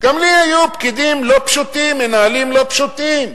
גם לי היו פקידים לא פשוטים, מנהלים לא פשוטים,